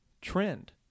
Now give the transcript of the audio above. trend